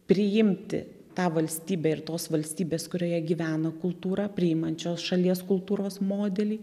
priimti tą valstybę ir tos valstybės kurioje gyvena kultūrą priimančios šalies kultūros modelį